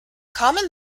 common